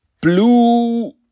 blue